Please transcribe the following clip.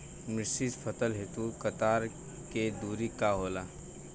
मिश्रित फसल हेतु कतार के दूरी का होला?